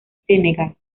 senegal